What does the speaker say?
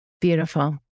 Beautiful